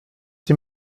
die